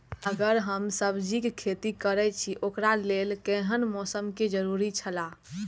अगर हम सब्जीके खेती करे छि ओकरा लेल के हन मौसम के जरुरी छला?